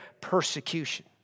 persecution